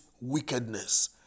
wickedness